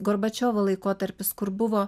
gorbačiovo laikotarpis kur buvo